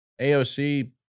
AOC